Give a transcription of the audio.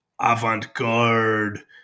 avant-garde